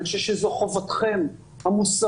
אני חושב שזו חובתכם המוסרית